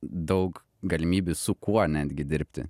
daug galimybių su kuo netgi dirbti